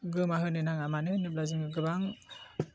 गोमा होनो नाङा मानो होनोब्ला जोङो गोबां